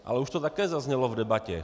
Ale už to také zaznělo v debatě.